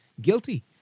guilty